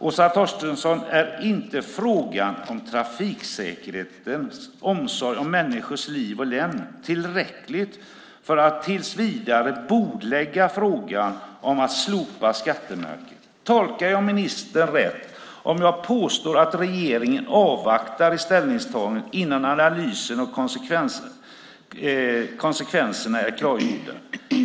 Åsa Torstensson, är inte frågan om trafiksäkerheten och omsorgen om människors liv och lem tillräcklig för att tills vidare bordlägga frågan om att slopa skattemärket? Tolkar jag ministern rätt om jag påstår att regeringen avvaktar i ställningstagandet innan analysen och konsekvenserna är klargjorda?